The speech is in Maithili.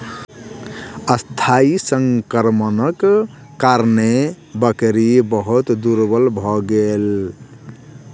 अस्थायी संक्रमणक कारणेँ बकरी बहुत दुर्बल भ गेल